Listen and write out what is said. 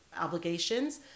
obligations